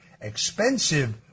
expensive